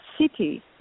city